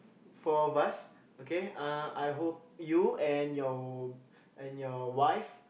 four of us okay uh I hope you and your and your wife